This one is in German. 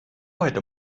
heute